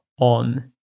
on